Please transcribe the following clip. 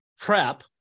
prep